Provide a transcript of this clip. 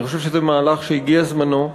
אני חושב שזה מהלך שהגיע זמנו,